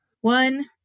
one